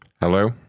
Hello